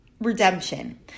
Redemption